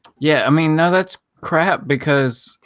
yeah, i mean now that's crap because,